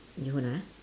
ah